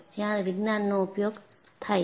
જ્યાં વિજ્ઞાનનો ઉપયોગ થાય છે